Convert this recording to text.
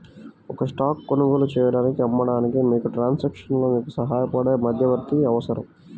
ఒక స్టాక్ కొనుగోలు చేయడానికి, అమ్మడానికి, మీకు ట్రాన్సాక్షన్లో మీకు సహాయపడే మధ్యవర్తి అవసరం